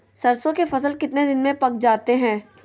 सरसों के फसल कितने दिन में पक जाते है?